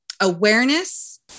awareness